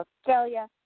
Australia